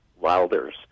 Wilders